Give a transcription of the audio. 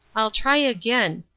i'll try again.